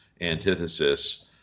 antithesis